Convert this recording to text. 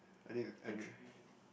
I need to i need to